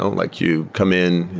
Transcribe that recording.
um like you come in,